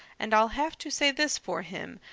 and i'll have to say this for him,